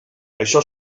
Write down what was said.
això